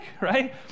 right